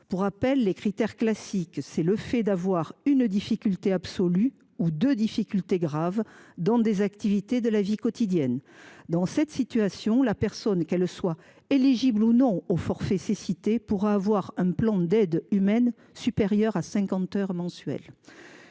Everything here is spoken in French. sur la base des critères classiques, c’est à dire présenter une difficulté absolue ou deux difficultés graves dans des activités de la vie quotidienne. Dans cette situation, une personne – éligible ou non – au forfait cécité pourra avoir un plan d’aides humaines supérieur à cinquante heures mensuelles.